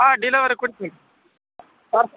ಹಾಂ ಡಿಲೆವರಿ ಕೊಡ್ತಿನಿ ಪಾರ್ಸ್